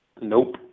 Nope